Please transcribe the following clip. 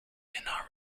cannot